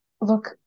look